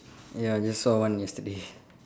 ya I just saw one yesterday